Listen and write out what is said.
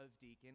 deacon